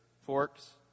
forks